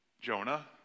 Jonah